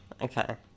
Okay